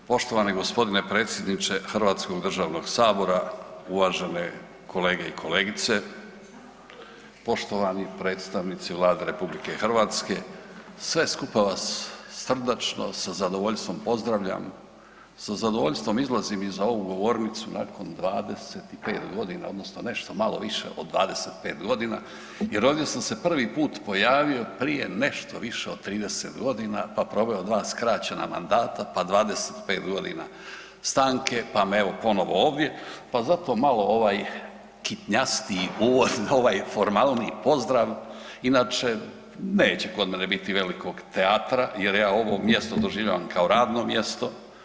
Poštovani g. predsjedniče Hrvatskog državnog sabora, uvažene kolege i kolegice, poštovani predstavnici Vlade RH, sve skupa vas srdačno sa zadovoljstvom pozdravljam, sa zadovoljstvom izlazim i za ovu govornicu nakon 25.g. odnosno nešto malo više od 25.g. jer ovdje sam se prvi put pojavio prije nešto više od 30.g., pa proveo dva skraćena mandata, pa 25.g. stanke, pa me evo ponovo ovdje, pa zato malo ovaj kitnjastiji uvod na ovaj formalniji pozdrav, inače neće kod mene biti velikog teatra jer ja ovo mjesto doživljavam kao radno mjesto.